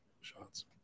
shots